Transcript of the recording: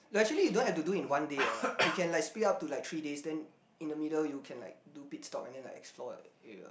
actually you don't have to do in one day what you can like split up to like three days then in the middle you can like do pit stop and then like explore the area